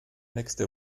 nächste